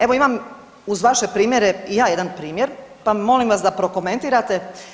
Evo imam uz vaše primjere i ja jedan primjer, pa molim vas da prokomentirate.